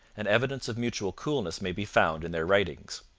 and evidence of mutual coolness may be found in their writings.